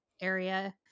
area